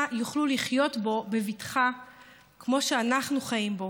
יוכלו לחיות בו בבטחה כמו שאנחנו חיים בו.